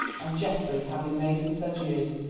and geoffrey having made his adieus,